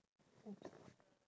!oops!